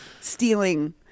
stealing